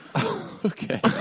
Okay